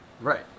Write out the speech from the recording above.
right